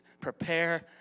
prepare